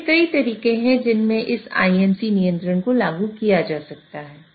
ऐसे कई तरीके हैं जिनमें इस IMC नियंत्रण को लागू किया जा सकता है